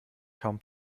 kaum